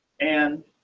and